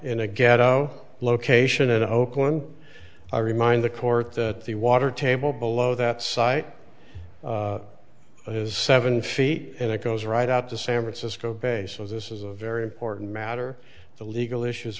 in a ghetto location in oakland i remind the court that the water table below that site is seven feet and it goes right out to san francisco bay so this is a very important matter the legal issues